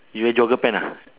your jogger pant ah